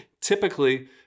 typically